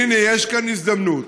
והינה, יש כאן הזדמנות,